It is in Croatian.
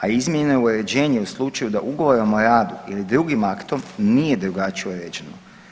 A izmjene uređenja u slučaju da ugovorom o radu ili drugim aktom nije drugačije uređeno.